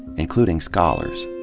including scholars.